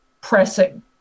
pressing